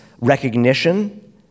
recognition